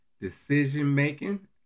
decision-making